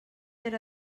era